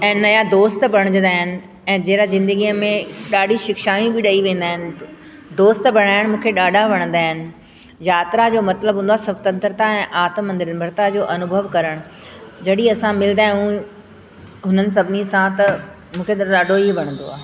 ऐं नया दोस्त बणिजंदा आहिनि ऐं जहिड़ा ज़िंदगीअ में ॾाढियूं शिक्षायूं बि ॾेई वेंदा आहिनि दोस्त बणाइणु मूंखे ॾाढा वणंदा आहिनि यात्रा जो मतलबु हूंदो आहे स्वतंत्रता ऐं आत्मनिर्भरता जो अनुभव करणु जॾहिं असां मिलंदा आहियूं हुननि सभिनी सां त मूंखे त ॾाढो ई वणंदो आहे